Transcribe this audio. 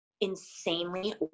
insanely